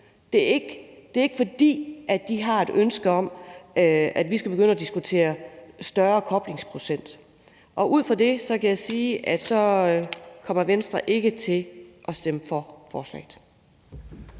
Det er ikke, fordi de har et ønske om, at vi skal begynde at diskutere større koblingsprocent. Og ud fra det kan jeg sige, at Venstre ikke kommer til at stemme for forslaget.